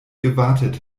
gewartet